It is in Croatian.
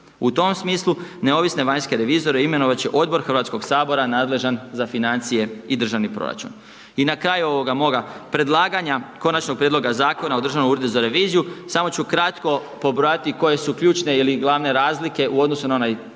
U tom smislu neovisne vanjske revizore, imenovati će Odbor hrvatskog sabora nadležan za financije i državni proračun. I na kraju ovoga moga predlaganja Konačnog prijedloga Zakona o Državnom uredu za reviziju, samo ću kratko pobrojati koje su ključne ili glavne razlike u odnosu na onaj